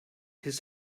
his